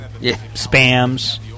spams